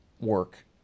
work